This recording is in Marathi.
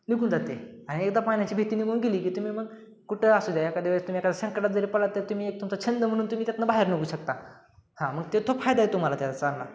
निघून जाते आणि एकदा पाण्याची भीती निघून गेली की तुम्ही मग कुठं असू द्या एखाद्या वेळेस तुम्हीए खाद्या संकटात जरी पडला तर तुम्ही एक तुमचा छंद म्हणून तुम्ही त्यातनं बाहेर निघू शकता हां मग ते तो फायदा आहे तो तुम्हाला चांगला